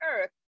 earth